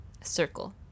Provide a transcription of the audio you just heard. circle